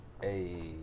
Hey